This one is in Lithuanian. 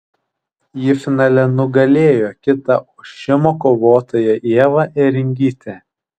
ji finale nugalėjo kitą ošimo kovotoją ievą ėringytę